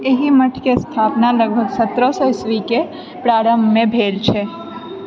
एहि मठके स्थापना लगभग सत्रह सए इस्वीके प्रारंभमे भेल छल